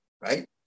right